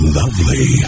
lovely